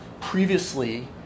Previously